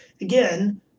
Again